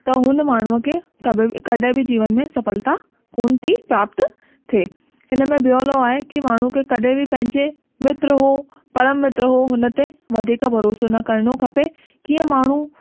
त हुन माण्हूअ खे कबए बि कॾहिं बि जीवन में सफलता कोन्ह थी प्राप्त थिए हिन में ॿियों लॉ आहे की माण्हू खे कॾहिं बि पंहिंजे मित्र हो परममित्र हो हुन ते वधीक भरोसो न करिणो खपे कीअं माण्हू